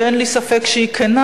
שאין לי ספק שהיא כנה,